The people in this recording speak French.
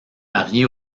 mariée